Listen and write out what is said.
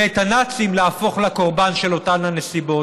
ואת הנאצים להפוך לקורבן של אותן נסיבות.